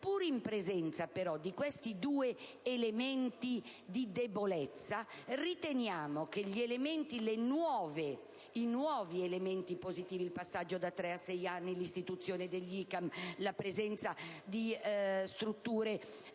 pur in presenza di questi due elementi di debolezza, i nuovi elementi positivi (il passaggio da tre a sei anni, l'istituzione degli ICAM, la presenza di strutture